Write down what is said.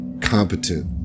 competent